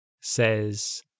says